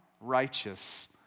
righteous